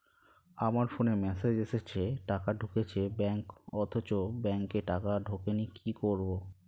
আমার ফোনে মেসেজ এসেছে টাকা ঢুকেছে ব্যাঙ্কে অথচ ব্যাংকে টাকা ঢোকেনি কি করবো?